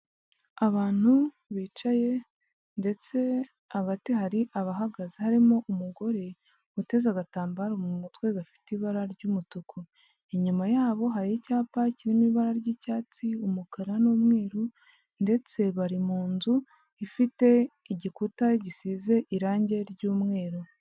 Abantu bicaye ndetse hagati hari abahagaze harimo umugore uteza agatambaro mu mutwe gafite ibara ry'umutuku, inyuma yabo hari icyapa kirimo ibara ry'icyatsi, umukara n'umweru ndetse bari mu nzu ifite igikuta gisize irange ry'umweru.